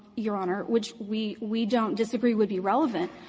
your honor, which we we don't disagree would be relevant,